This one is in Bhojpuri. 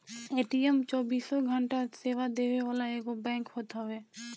ए.टी.एम चौबीसों घंटा सेवा देवे वाला एगो बैंक होत हवे